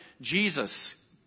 Jesus